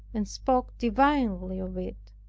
and spoke divinely of it.